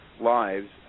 lives